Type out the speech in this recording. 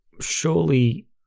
surely